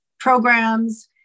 programs